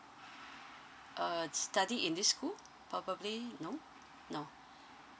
uh study in this school probably no no